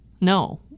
No